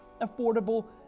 affordable